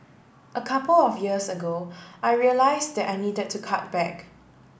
a couple of years ago I realise that I needed to cut back